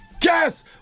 Guess